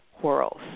whirls